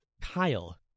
Kyle